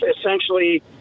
essentially